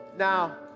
Now